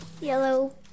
Yellow